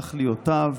תכליותיו